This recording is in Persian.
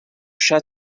شتم